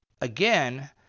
again